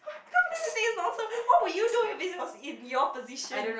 I can't believe this nonsense what would you do if it was in your position